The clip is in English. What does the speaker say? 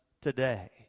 today